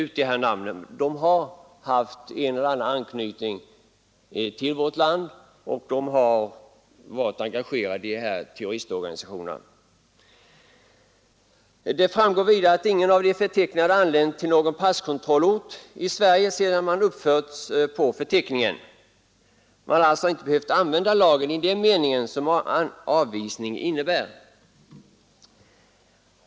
Alla personer som är upptagna där har som sagt haft en eller annan anknytning till vårt land, och de har varit eller är engagerade i terroristorganisationer. Det framgår också av förteckningen att ingen av de antecknade personerna kommit till någon passkontrollort i Sverige sedan de uppförts i registret. Vi har alltså inte behövt använda lagen för att avvisa någon.